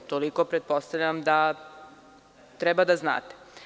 Toliko pretpostavljam da treba da znate.